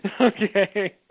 Okay